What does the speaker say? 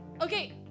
Okay